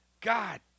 God